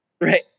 Right